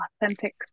authentic